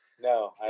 No